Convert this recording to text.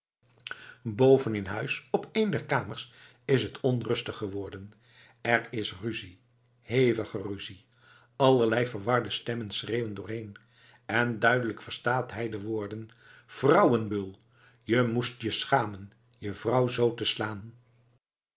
in huis op een der kamers is het onrustig geworden er is ruzie hevige ruzie allerlei verwarde stemmen schreeuwen dooreen en duidelijk verstaat hij de woorden vrouwenbeul je moest je schamen je vrouw zoo te slaan